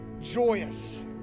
joyous